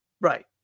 Right